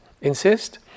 insist